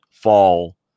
fall